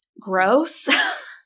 gross